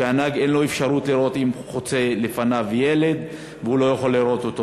כשלנהג אין אפשרות לראות אם חוצה לפניו ילד והוא לא יכול לראות אותו.